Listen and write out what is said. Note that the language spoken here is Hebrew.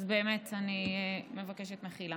אז באמת אני מבקשת מחילה.